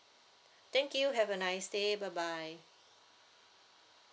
thank you have a nice day bye bye